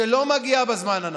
שלא מגיעה בזמן הנכון.